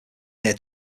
near